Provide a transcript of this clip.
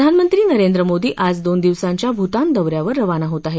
प्रधानमंत्री नरेंद्र मोदी आज दोन दिवसांच्या भूतान दौ यावर रवाना होत आहे